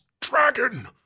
dragon